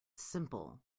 simple